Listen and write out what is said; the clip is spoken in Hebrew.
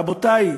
רבותי,